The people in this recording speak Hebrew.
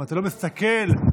אם אתה לא מסתכל למצלמה,